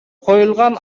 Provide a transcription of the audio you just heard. коюлган